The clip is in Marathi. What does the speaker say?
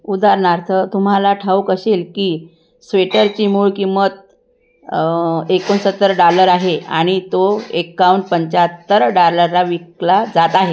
उदाहरणार्थ तुम्हाला ठाऊक असेल की स्वेटरची मूळ किंमत एकोणसत्तर डॉलर आहे आणि तो एकावन्न पंच्याहत्तर डॉलरला विकला जात आहे